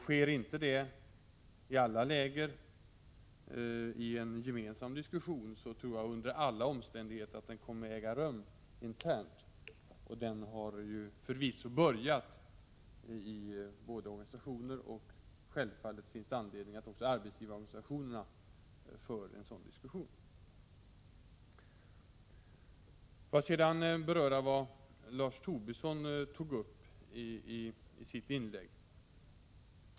Sker inte det i alla läger i en gemensam diskussion, så tror jag att en sådan diskussion under alla omständigheter kommer att äga rum internt. Den har förvisso börjat i arbetstagarorganisationerna, och det finns självfallet anledning att också arbetsgivarorganisationerna för en sådan diskussion. Får jag sedan beröra det som Lars Tobisson tog upp i sitt inlägg.